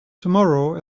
tomorrow